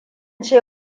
ce